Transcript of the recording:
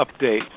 update